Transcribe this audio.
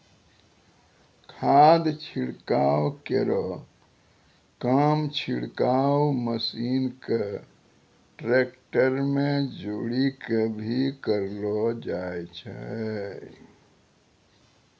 खाद छिड़काव केरो काम छिड़काव मसीन क ट्रेक्टर में जोरी कॅ भी करलो जाय छै